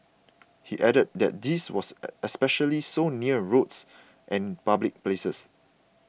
he added that this was especially so near roads and public places